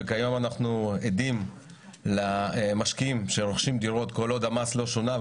וכיום אנחנו עדים למשקיעים שרוכשים דירות כל עוד המס לא שונה.